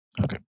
Okay